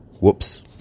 Whoops